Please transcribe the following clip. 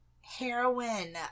heroin